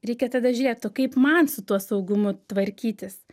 reikia tada žiūrėt o kaip man su tuo saugumu tvarkytis